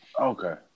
okay